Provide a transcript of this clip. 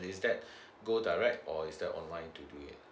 is that go direct or is that online to do it